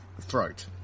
throat